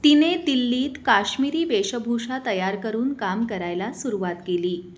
तिने दिल्लीत काश्मिरी वेशभूषा तयार करून काम करायला सुरुवात केली